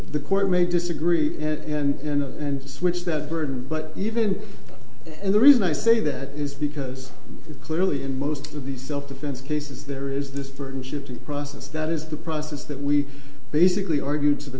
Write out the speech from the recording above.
the court may disagree and switch that burden but even and the reason i say that is because clearly in most of the self defense cases there is this burden shifting process that is the process that we basically argued to the